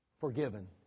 forgiven